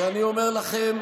ואני אומר לכם,